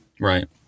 Right